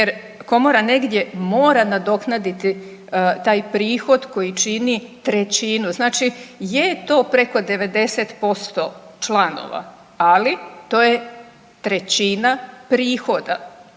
jer Komora negdje mora nadoknaditi taj prihod koji čini trećinu. Znači je to preko 90% članova, ali to je trećina prihoda.